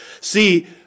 See